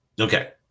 Okay